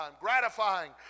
gratifying